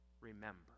remember